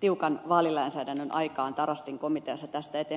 tiukan vaalilainsäädännön aikaan tarastin komiteassa tästä eteenpäin